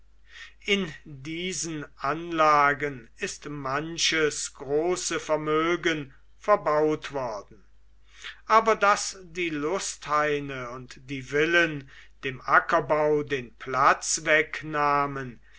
in diesen anlagen ist manches große vermögen verbaut worden aber daß die lusthaine und die villen dem ackerbau den platz wegnahmen